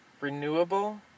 renewable